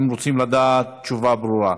הם רוצים לדעת תשובה ברורה.